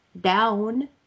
down